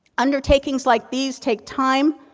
undertakings like these take time,